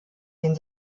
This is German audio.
den